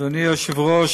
אדוני היושב-ראש,